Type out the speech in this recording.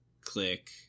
click